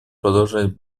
продолжать